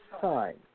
time